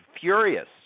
furious